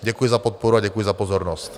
Děkuji za podporu a děkuji za pozornost.